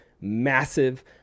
massive